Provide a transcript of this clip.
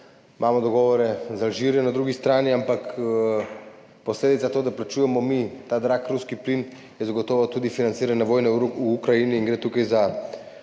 imamo dogovore z Alžirijo na drugi strani, ampak posledica tega, da plačujemo ta drag ruski plin, je zagotovo tudi financiranje vojne v Ukrajini in gre tukaj na